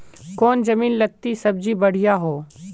कौन जमीन लत्ती सब्जी बढ़िया हों?